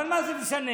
אבל מה זה משנה?